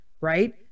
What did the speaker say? right